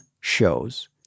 shows